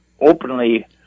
openly